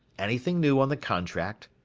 anything new on the contract?